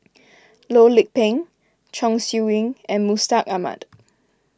Loh Lik Peng Chong Siew Ying and Mustaq Ahmad